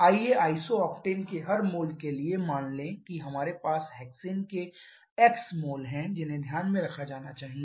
आइए आइसोक्टेन के हर मोल के लिए मान लें कि हमारे पास हेक्सेन के एक्स मोल्स हैं जिन्हें ध्यान में रखा जाना चाहिए